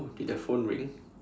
oh did the phone ring